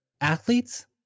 athletes